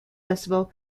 festival